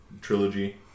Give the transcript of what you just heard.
trilogy